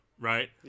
Right